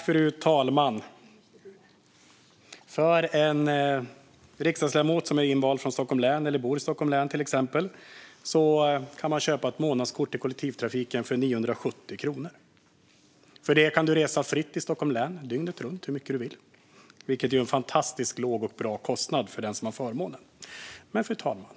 Fru talman! En riksdagsledamot som är invald för Stockholms län eller bor i Stockholms län kan köpa ett månadskort för kollektivtrafiken för 970 kronor. Då kan man resa hur mycket som helst dygnet runt i Stockholms län. Det är en fantastiskt låg och bra kostnad för den som har förmånen att bo där. Fru talman!